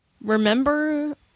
Remember